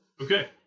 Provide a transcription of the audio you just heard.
Okay